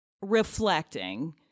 reflecting